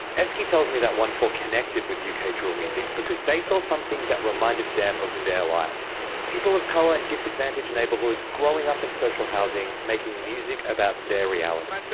eskii tells me that onefour connected with yeah uk ah drill music because they saw something that reminded them of their lives people of colour in and disadvantaged neighbourhoods, growing up in social housing, making music about their reality. and